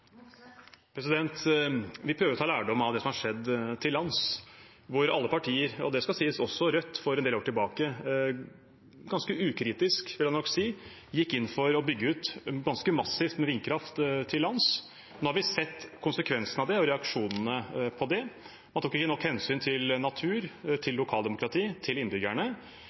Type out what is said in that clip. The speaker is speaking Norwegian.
Vi prøver å ta lærdom av det som har skjedd til lands, hvor alle partier – og det skal sies også Rødt – for en del år tilbake, ganske ukritisk vil jeg nok si, gikk inn for å bygge ut ganske massivt med vindkraft. Nå har vi sett konsekvensene av det og reaksjonene på det. Man tok ikke nok hensyn til natur, til lokaldemokrati og til innbyggerne.